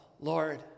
Lord